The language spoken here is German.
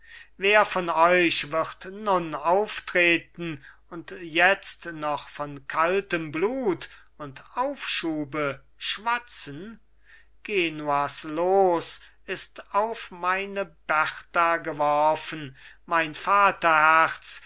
wer von euch wird nun auftreten und jetzt noch von kaltem blut und aufschube schwatzen genuas los ist auf meine berta geworfen mein